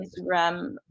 Instagram